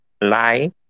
lie